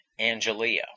Angelia